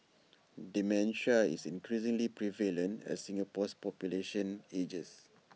dementia is increasingly prevalent as Singapore's population ages